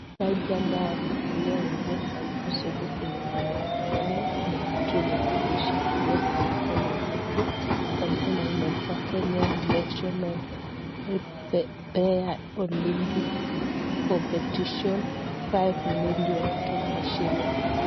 Wachezaji ambao wamevalia nguo za juu zote zenye zimefanana, kuna kitu yenye wameshikilia kwa mkono yake imeandikwa Kenya National player Olympic competition five million kenya shillings .